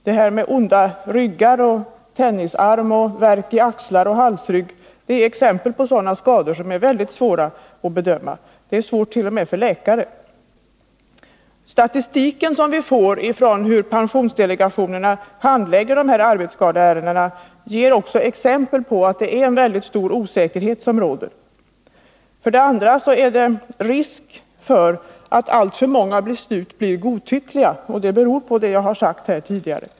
Det här med onda ryggar, tennisarm samt värk i axlar och halsrygg är exempel på sådana skador som är väldigt svåra att bedöma, t.o.m. för läkare. Statistiken från pensionsdelegationernas handläggning av arbetsskadeärenden ger också uttryck för att en väldigt stor osäkerhet råder. För det andra är det risk för att alltför många beslut blir godtyckliga — vad det beror på har jag förklarat här tidigare.